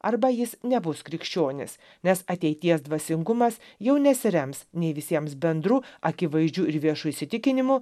arba jis nebus krikščionis nes ateities dvasingumas jau nesirems nei visiems bendru akivaizdžiu ir viešu įsitikinimu